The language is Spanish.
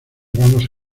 vamos